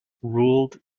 ruled